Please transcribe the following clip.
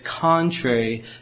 contrary